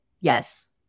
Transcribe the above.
yes